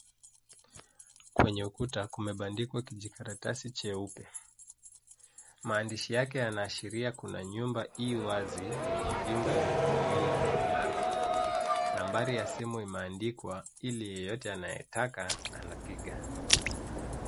Kwenye ukuta kumebandikwa kijikaratasi cheupe. Maandishi yake yanaashiria kuna nyumba i wazi yenye vyumba viwili vya kulala. Nambari ya simu imeandikwa ili yeyote anayetaka anapiga.